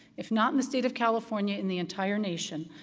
if not in the state of california, in the entire nation,